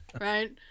right